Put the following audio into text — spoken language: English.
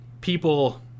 people